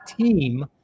team